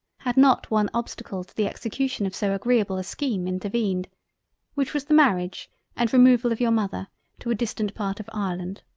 had not one obstacle to the execution of so agreable a scheme, intervened which was the marriage and removal of your mother to a distant part of ireland.